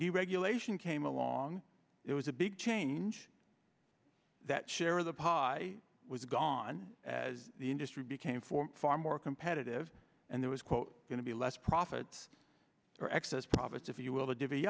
deregulation came along it was a big change that share of the pie was gone as the industry became for far more competitive and there was quote going to be less profits or excess profits if you will to divvy